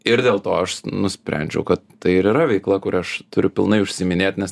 ir dėl to aš nusprendžiau kad tai ir yra veikla kuria aš turiu pilnai užsiiminėt nes